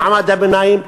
במעמד הביניים.